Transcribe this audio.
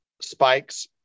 spikes